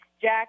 Jack